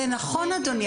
נכון אדוני.